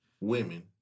women